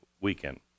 Weekend